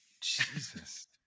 Jesus